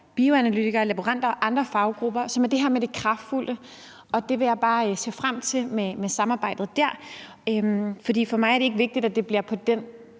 bioanalytikere, laboranter og andre faggrupper, og jeg vil bare se frem til samarbejdet dér. For mig er det ikke vigtigt, at det bliver på den